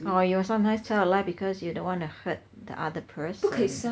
or you will sometimes tell a lie because you don't want to hurt the other person